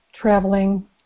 traveling